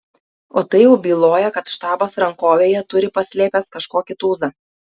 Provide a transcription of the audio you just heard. o tai jau byloja kad štabas rankovėje turi paslėpęs kažkokį tūzą